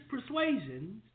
persuasions